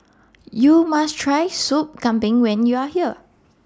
YOU must Try Soup Kambing when YOU Are here